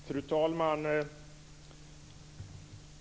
Fru talman!